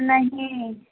नहीं